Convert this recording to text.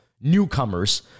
newcomers